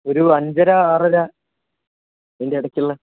ഒരു അഞ്ചര ആറര അതിൻ്റിടക്കുള്ള